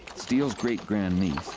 steele's great grand niece,